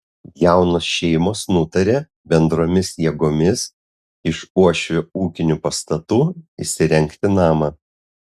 jaunos šeimos nutarė bendromis jėgomis iš uošvių ūkinių pastatų įsirengti namą